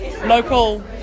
local